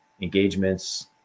engagements